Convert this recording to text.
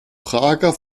prager